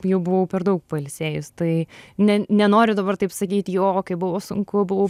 jau buvau per daug pailsėjus tai ne nenoriu dabar taip sakyt jo kaip buvo sunku buvau